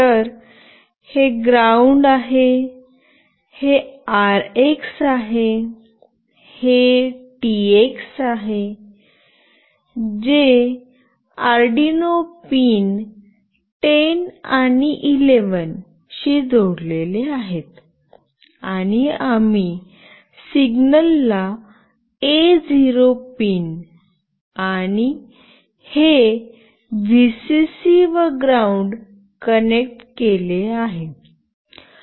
तर हे ग्राउंड आहे हे आरएक्स आहे हे टीएक्स आहे जे आर्डिनो पिन 10 आणि 11 शी जोडलेले आहेत आणि आम्ही सिग्नलला ए 0 पिन आणि हे व्हीसीसी व ग्राउंड कनेक्ट केले आहे